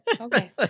Okay